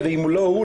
ואם לא הוא,